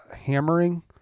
hammering